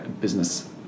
business